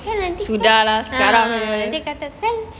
sudah lah sekarang eh